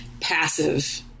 passive